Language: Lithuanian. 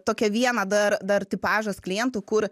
tokią vieną dar dar tipažas klientų kur